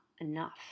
enough